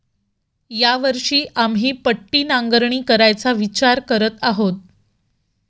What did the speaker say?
या वर्षी आम्ही पट्टी नांगरणी करायचा विचार करत आहोत